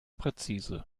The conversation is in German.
präzise